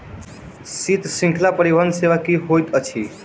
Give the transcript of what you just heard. शीत श्रृंखला परिवहन सेवा की होइत अछि?